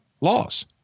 laws